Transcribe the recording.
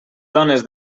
dones